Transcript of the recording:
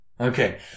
Okay